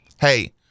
Hey